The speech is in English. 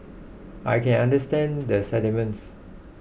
I can understand the sentiments